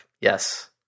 yes